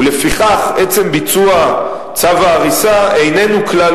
ולפיכך עצם ביצוע צו ההריסה איננו כלל